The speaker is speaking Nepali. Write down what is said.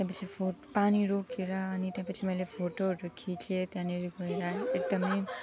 त्यहाँपिच्छे फो पानी रोकिएर अनि त्यहाँपिच्छे मैले फोटोहरू खिचेँ त्यहाँनिर गएर एकदमै